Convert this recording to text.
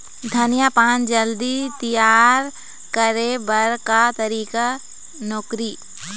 धनिया पान जल्दी तियार करे बर का तरीका नोकरी?